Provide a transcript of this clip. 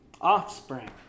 offspring